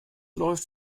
läuft